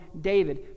david